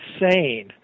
insane